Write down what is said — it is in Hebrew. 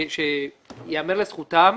ייאמר לזכותם,